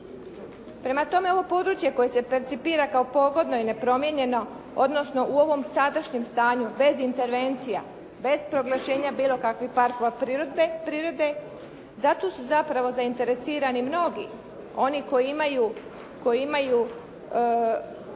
Prema tome, ovo područje koje se percipira kao pogodno i nepromijenjeno, odnosno u ovom sadašnjem stanju bez intervencija, bez proglašenja bilo kakvih parkova prirode zato su zapravo zainteresirani mnogi, oni koji imaju